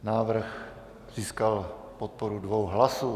Návrh získal podporu dvou hlasů.